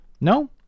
No